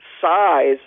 size